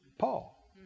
Paul